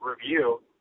review